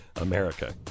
America